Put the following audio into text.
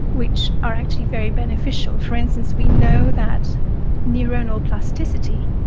which are actually very beneficial. for instance, we know that neuronal plasticity,